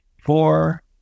four